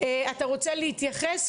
אתה רוצה להתייחס?